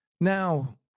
Now